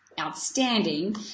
outstanding